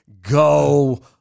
Go